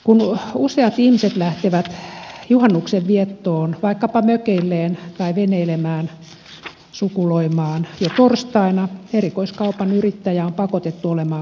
kun useat ihmiset lähtevät juhannuksen viettoon vaikkapa mökeilleen tai veneilemään sukuloimaan jo torstaina erikoiskaupan yrittäjä on pakotettu olemaan kaupassaan